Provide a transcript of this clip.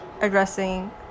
addressing